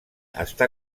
està